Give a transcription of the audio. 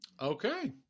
Okay